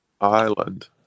island